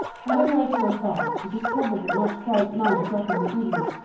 having read so far, it is probably not quite nine o'clock in the evening.